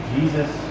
Jesus